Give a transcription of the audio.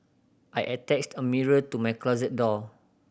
I attached a mirror to my closet door